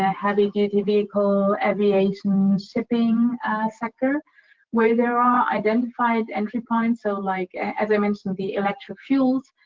ah heavy-duty vehicle, aviation, shipping sector where there are identified entry points. so, like, as i mentioned, the electro-fuels,